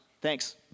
Thanks